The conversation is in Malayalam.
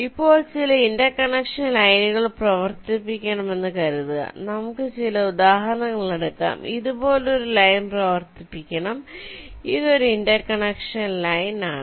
ഇപ്പോൾ ചില ഇന്റർകണക്ഷൻ ലൈനുകൾ പ്രവർത്തിപ്പിക്കണമെന്നു കരുതുക നമുക്ക് ചില ഉദാഹരണങ്ങൾ എടുക്കാം ഇതുപോലൊരു ലൈൻ പ്രവർത്തിപ്പിക്കണം ഇത് 1 ഇന്റർകണക്ഷൻ ലൈൻ ആണ്